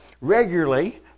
Regularly